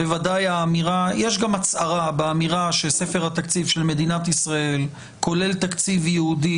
יש גם הצהרה באמירה שספר התקציב של מדינת ישראל כולל תקציב ייעודי,